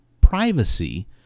privacy